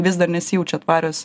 vis dar nesijaučia tvarios